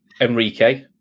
Enrique